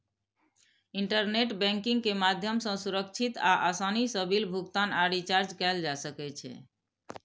internet banking के माध्यम सं सुरक्षित आ आसानी सं बिल भुगतान आ रिचार्ज कैल जा सकै छै